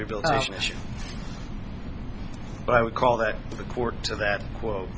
rehabilitation issue but i would call that a court to that quote